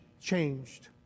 changed